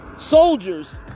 Soldiers